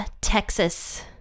Texas